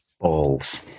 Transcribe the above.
Balls